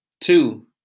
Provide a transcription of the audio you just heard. two